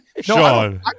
Sean